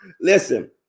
Listen